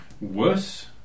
worse